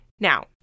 Now